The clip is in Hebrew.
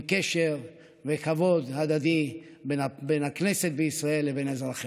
עם קשר וכבוד הדדי בין הכנסת בישראל לבין אזרחיה.